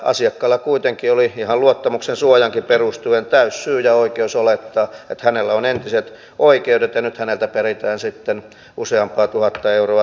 asiakkaalla kuitenkin oli ihan luottamuksensuojaankin perustuen täysi syy ja oikeus olettaa että hänellä on entiset oikeudet ja nyt häneltä peritään sitten useampaa tuhatta euroa takaisin